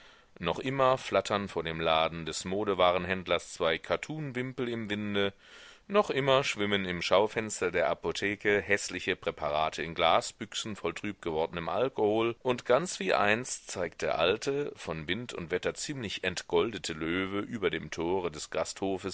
noch immer flattern vor dem laden des modewarenhändlers zwei kattunwimpel im winde noch immer schwimmen im schaufenster der apotheke häßliche präparate in glasbüchsen voll trübgewordnem alkohol und ganz wie einst zeigt der alte von wind und wetter ziemlich entgoldete löwe über dem tore des gasthofes